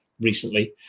Recently